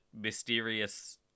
mysterious